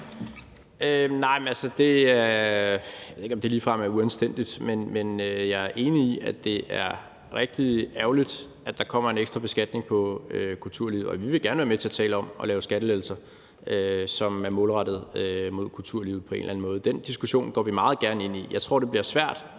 Jarlov (KF): Jeg ved ikke, om det ligefrem er uanstændigt, men jeg er enig i, at det er rigtig ærgerligt, at der kommer en ekstra beskatning på kulturlivet. Vi vil gerne være med til at tale om at lave skattelettelser, som er målrettet kulturlivet på en eller anden måde – den diskussion går vi meget gerne ind i. Jeg tror, det bliver svært